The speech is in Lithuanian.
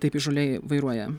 taip įžūliai vairuoja